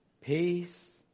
peace